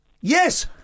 Yes